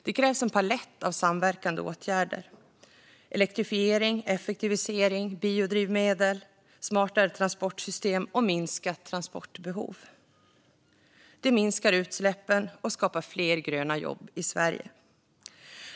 Det krävs en palett av samverkande åtgärder som elektrifiering, effektivisering, biodrivmedel, smartare transportsystem och minskat transportbehov. Detta minskar utsläppen och skapar fler gröna jobb i Sverige.